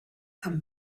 come